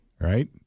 right